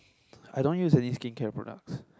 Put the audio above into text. I don't use any skincare products